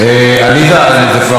אתם ממש מפריעים שם.